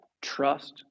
trust